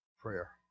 prayer